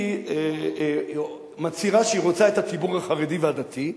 היא מצהירה שהיא רוצה את הציבור החרדי והדתי,